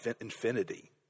infinity